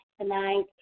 tonight